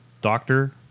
doctor